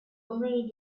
already